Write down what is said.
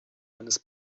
eines